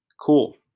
Cool